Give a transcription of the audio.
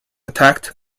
attacked